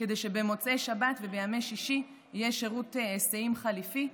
כדי שבמוצאי שבת ובימי שישי יהיה שירות היסעים חליפי?